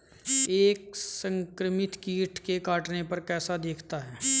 एक संक्रमित कीट के काटने पर कैसा दिखता है?